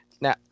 now